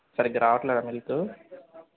సరిగ్గా రావడంలేదా మిల్కు